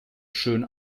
schön